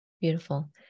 Beautiful